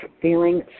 feeling